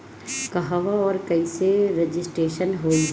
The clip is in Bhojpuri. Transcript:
कहवा और कईसे रजिटेशन होई?